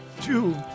Two